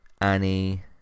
Annie